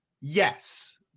Yes